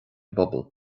bpobal